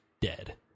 dead